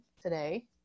today